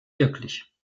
wirklich